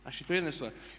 Znači to je jedna stvar.